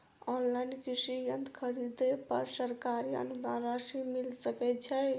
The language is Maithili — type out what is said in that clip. ऑनलाइन कृषि यंत्र खरीदे पर सरकारी अनुदान राशि मिल सकै छैय?